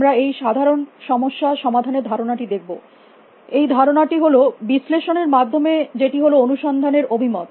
আমরা এই সাধারণ সমস্যা সমাধানের ধারণাটি দেখব এই ধারণাটি হল বিশ্লেষণের মাধ্যম যেটি হল অনুসন্ধান এর অভিমত